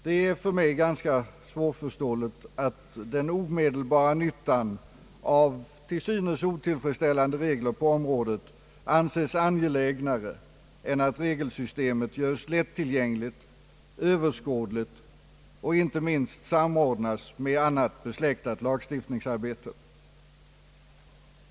Det är för mig ganska svårförståeligt att den omedelbara nyttan av till synes otillfredsställande regler på området anses mera angelägen än att regelsystemet göres lättillgängligt, överskådligt och, inte minst, att det samordnas med annat besläktat lagstiftningsarbete.